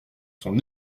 son